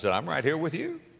but i'm right here with you.